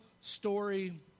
story